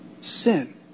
sin